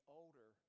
older